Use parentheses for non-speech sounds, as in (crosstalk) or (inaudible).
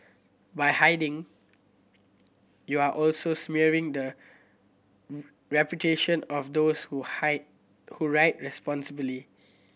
by hiding you're also smearing the (unintelligible) reputation of those who high who ride responsibly